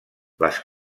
les